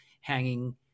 hanging